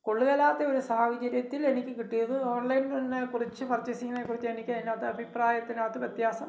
കൊള്ളുകേലാത്തൊരു സാഹചര്യത്തിലെനിക്ക് കിട്ടിയത് ഓൺലൈനിനെ കുറിച്ച് പർച്ചേസിങ്ങിനേക്കുറിച്ചെനിക്ക് അതിനകത്ത് അഭിപ്രായത്തിനകത്ത് വ്യത്യാസം